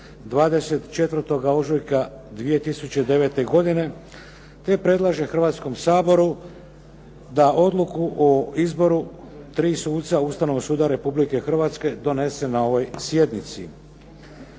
24. ožujka 2009. godine, te predlaže Hrvatskom saboru da odluku o izboru tri suca Ustavnog suda Republike Hrvatske donese na ovoj sjednici.